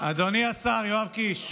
אדוני השר יואב קיש,